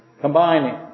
combining